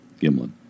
Gimlin